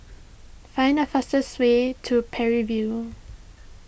find the fastest way to Parry View